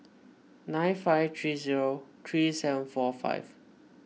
nine five three zero three seven four five